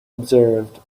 observed